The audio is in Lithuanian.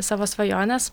savo svajones